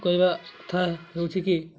କହିବା କଥା ହେଉଛି କି